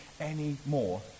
anymore